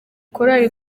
korali